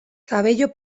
cabello